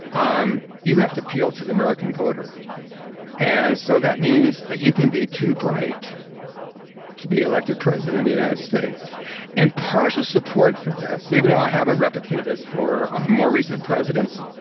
um you have to appeal to the american voter and so that means that you can be too bright to be elected president in the united states and partial support for this, even though i haven't replicated this for our more recent presidents,